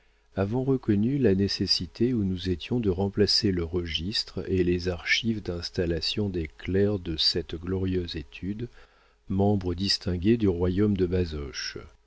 recogneu la nécessité où nous estions de remplacer le registre et les archiues d'installations des clercqs de ceste glorieuse estude membre distingué du royaume de basoche